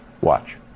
Watch